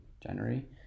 january